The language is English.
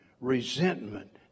resentment